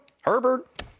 Herbert